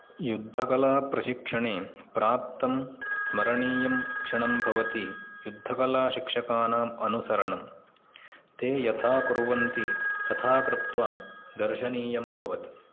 युद्धकलाप्रशिक्शणे प्राप्तं स्मरणीयं क्षणं भवति युद्धकलाशिक्षकाणाम् अनुसरणं ते यथा कुर्वन्ति तथा कृत्वा दर्शनीयं भवति